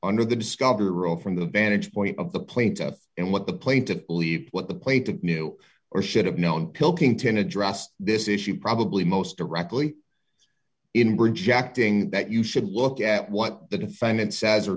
under the discovery row from the vantage point of the plaintiff and what the plane to leave what the plate to knew or should have known pilkington addressed this issue probably most directly in bridge acting that you should look at what the defendant says or